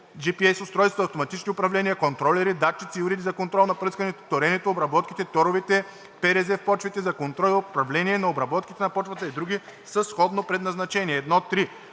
GPS устройства, автоматични управления, контролери, датчици и уреди за контрол на пръскането, торенето, обработките, торове и ПРЗ в почвите, за контрол и управление на обработките на почвата и други със сходно предназначение. 1.3 Активи